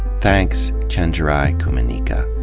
thanks, chenjerai kumanyika.